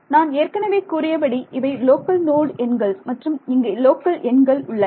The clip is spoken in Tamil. நான் ஏற்கனவே கூறியபடி இவை லோக்கல் நோடு எண்கள் மற்றும் இங்கே லோக்கல் எண்கள் உள்ளன